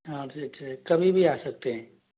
हाँ जी ठीक कभी भी आ सकते हैं